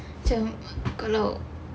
macam kalau